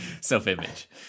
self-image